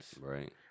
right